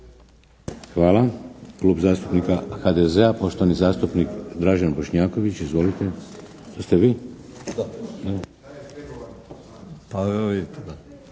Hvala. Klub zastupnik HDZ-a, poštovani zastupnik Dražen Bošnjaković. Izvolite. **Bošnjaković,